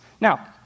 Now